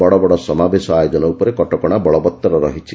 ବଡ଼ ବଡ଼ ସମାବେଶ ଆୟୋଜନ ଉପରେ କଟକଶା ବଳବତ୍ତର ରହିଛି